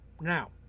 Now